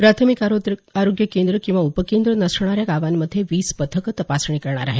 प्राथमिक आरोग्य केंद्र किंवा उपकेंद्र नसणाऱ्या गावांमध्ये वीस पथकं तपासणी करणार आहेत